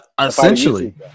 Essentially